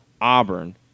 Auburn